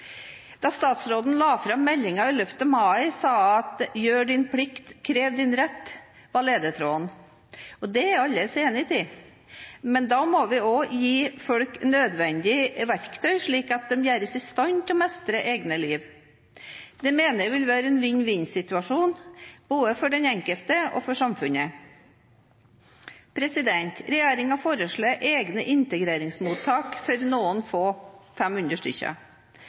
Da statsråden la fram meldingen 11. mai, sa hun at «gjør din plikt, krev din rett» var ledetråden. Det er jeg aldeles enig i, men da må vi også gi folk nødvendig verktøy, slik at de gjøres i stand til å mestre eget liv. Det mener jeg vil være en vinn-vinn-situasjon, både for den enkelte og for samfunnet. Regjeringen foreslår egne integreringsmottak for noen få – 500